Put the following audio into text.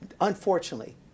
unfortunately